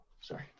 Sorry